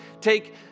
take